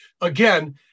again